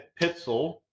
Pitzel